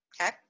okay